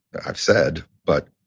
i've said, but